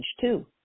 two